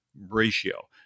ratio